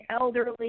elderly